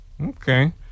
Okay